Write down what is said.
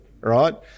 right